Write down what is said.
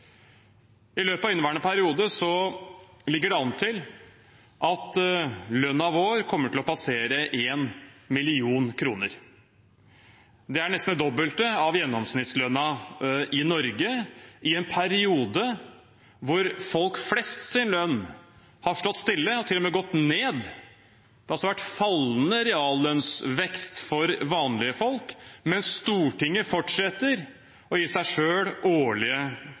I løpet av inneværende periode ligger det an til at lønnen vår kommer til å passere 1 mill. kr. Det er nesten det dobbelte av gjennomsnittslønnen i Norge, i en periode hvor lønnen til folk flest har stått stille og til og med gått ned. Det har altså vært fallende reallønnsvekst for vanlige folk, mens Stortinget fortsetter å gi seg selv årlige